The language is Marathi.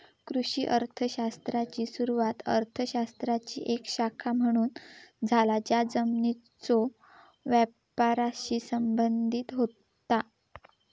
कृषी अर्थ शास्त्राची सुरुवात अर्थ शास्त्राची एक शाखा म्हणून झाला ज्या जमिनीच्यो वापराशी संबंधित होता